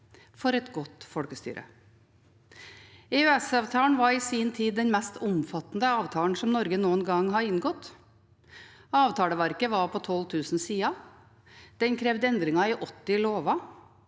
for et godt folkestyre. EØS-avtalen var i sin tid den mest omfattende avtalen som Norge noen gang hadde inngått. Avtaleverket var på 12 000 sider. Den krevde endringer i 80 lover